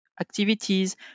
activities